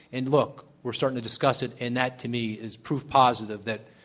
and look, we're starting to discuss it and that to me is proof positive that,